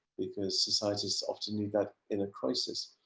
because societies often do that in a crisis,